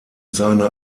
seine